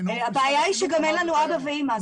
הבעיה היא שגם אין לנו אבא ואמא.